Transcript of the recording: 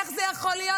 איך זה יכול להיות?